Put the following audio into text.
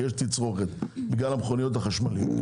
כי יש תצרוכת בגלל המכוניות החשמליות.